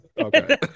Okay